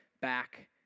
back